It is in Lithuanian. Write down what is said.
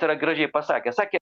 yra gražiai pasakęs sakė